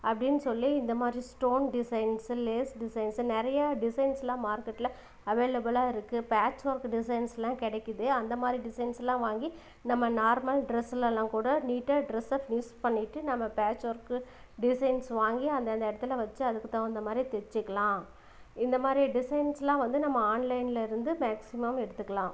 அப்படின்னு சொல்லி இந்த மாதிரி ஸ்டோன் டிசைன்ஸு லேஸ் டிசைன்ஸு நிறையா டிசைன்ஸுலாம் மார்க்கெட்டில் அவைலபுளாக இருக்குது பேட்ச் ஒர்க்கு டிசைன்ஸுலாம் கிடைக்குது அந்த மாதிரி டிசைன்ஸுலாம் வாங்கி நம்ம நார்மல் டிரெஸ்ஸுலெலாம் கூட நீட்டாக டிரெஸ்ஸை ஃபினிஸ் பண்ணிகிட்டு நம்ம பேட்ச் ஒர்க்கு டிசைன்ஸ் வாங்கி அந்தந்த இடத்துல வச்சு அதுக்கு தகுந்த மாதிரி தைச்சிக்கலாம் இந்த மாதிரி டிசைன்ஸுலாம் வந்து நம்ம ஆன்லைனில் இருந்து மேக்சிமம் எடுத்துக்கலாம்